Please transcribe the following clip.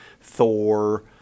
Thor